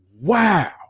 wow